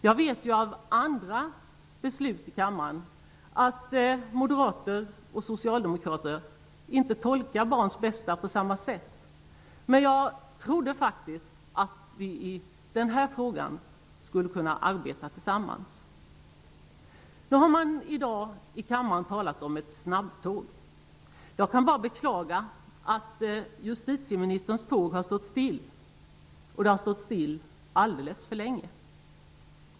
Jag vet efter andra beslut i kammaren att moderater och socialdemokrater inte tolkar barns bästa på samma sätt, men jag trodde faktiskt att vi i den här frågan skulle kunna arbeta tillsammans. Man har i dag i kammaren talat om ett snabbtåg. Jag kan bara beklaga att justitieministerns tåg har stått still, och det har stått still alldeles för länge.